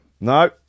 No